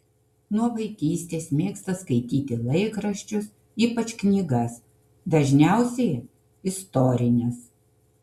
nuo vaikystės mėgsta skaityti laikraščius ypač knygas dažniausiai istorines